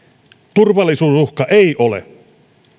turvallisuusuhka ei ole